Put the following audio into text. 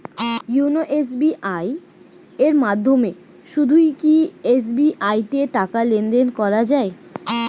YONO SBI এর মাধ্যমে শুধুই কি এস.বি.আই তে টাকা লেনদেন করা যায়?